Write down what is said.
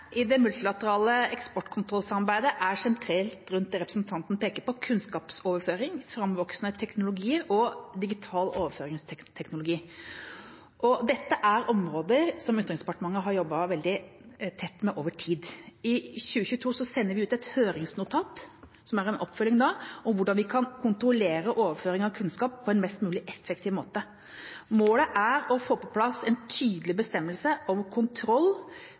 i det multilaterale eksportkontrollsamarbeidet er sentrert rundt det representanten peker på – kunnskapsoverføring, framvoksende teknologier og digital overføringsteknologi. Dette er områder som Utenriksdepartementet har jobbet veldig tett med over tid. I 2022 sender vi ut et høringsnotat som er en oppfølging av hvordan vi kan kontrollere overføringen av kunnskap på en mest mulig effektiv måte. Målet er å få på plass en tydelig bestemmelse om kontroll